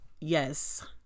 Yes